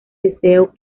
deseo